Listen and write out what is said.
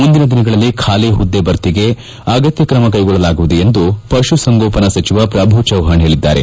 ಮುಂದಿನ ದಿನಗಳಲ್ಲಿ ಖಾಲ ಹುದ್ದೆ ಭರ್ತಿಗೆ ಅಗತ್ಯ ಕ್ರಮ ಕೈಗೊಳ್ಳಲಾಗುವುದು ಎಂದು ಪಶುಸಂಗೋಪನಾ ಸಚಿವ ಪ್ರಭು ಚವ್ವಾಣ್ ಹೇಳದ್ದಾರೆ